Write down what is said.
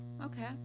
okay